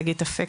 שגית אפיק,